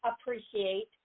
appreciate